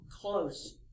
close